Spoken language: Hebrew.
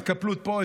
התקפלות פה,